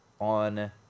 on